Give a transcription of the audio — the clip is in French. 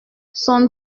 son